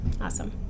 Awesome